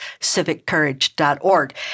civiccourage.org